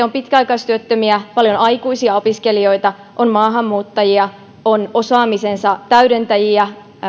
on pitkäaikaistyöttömiä paljon aikuisia opiskelijoita on maahanmuuttajia on osaamisensa täydentäjiä